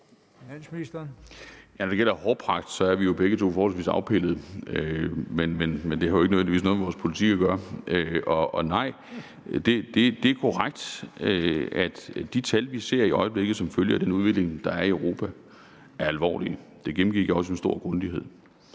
Når det gælder hårpragt, er vi jo begge to forholdsvis afpillede, men det har ikke nødvendigvis noget med vores politik at gøre. Nej, det er korrekt, at de tal, vi ser i øjeblikket som følge af den udvikling, der er i Europa, er alvorlige. Det gennemgik jeg også med stor grundighed.